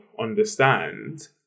understand